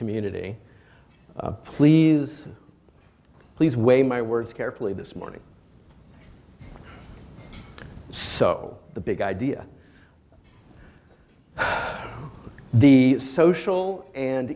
community please please weigh my words carefully this morning so the big idea the social and